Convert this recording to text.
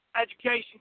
education